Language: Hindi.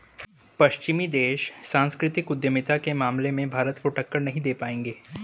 पश्चिमी देश सांस्कृतिक उद्यमिता के मामले में भारत को टक्कर नहीं दे पाएंगे